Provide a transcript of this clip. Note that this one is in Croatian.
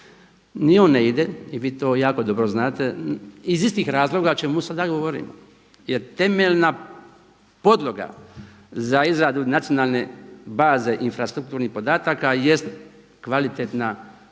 Ni on ne ide i vi to jako dobro znate iz istih razloga o čemu sada govorimo. Jer temeljna podloga za izradu nacionalne baze infrastrukturnih podataka jeste kvalitetna zemljišna